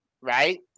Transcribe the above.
right